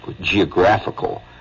geographical